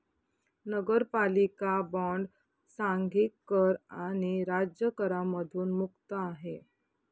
नगरपालिका बॉण्ड सांघिक कर आणि राज्य करांमधून मुक्त आहे